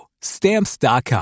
Stamps.com